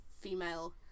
female